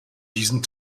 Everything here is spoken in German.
diesen